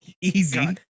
Easy